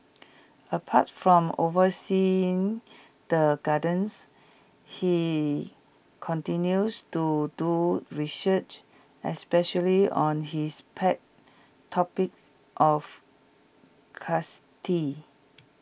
apart from overseeing the gardens he continues to do research especially on his pet topic of